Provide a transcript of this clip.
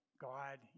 God